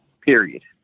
Period